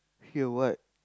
hear what